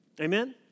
Amen